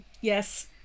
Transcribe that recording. Yes